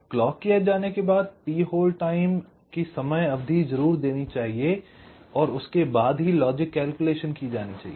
clock की edge आने के बाद t होल्ड टाइम की समयावधि जरूर देनी चाहिए और उसके बाद ही लॉजिक कैलकुलेशन की जानी चाहिए